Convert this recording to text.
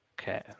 okay